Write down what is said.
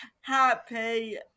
happy